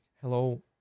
hello